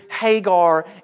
Hagar